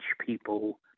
people